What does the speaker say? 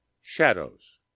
Shadows